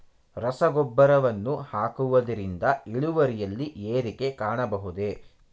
ರಸಗೊಬ್ಬರವನ್ನು ಹಾಕುವುದರಿಂದ ಇಳುವರಿಯಲ್ಲಿ ಏರಿಕೆ ಕಾಣಬಹುದೇ?